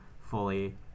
fully